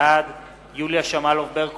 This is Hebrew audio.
בעד יוליה שמאלוב-ברקוביץ,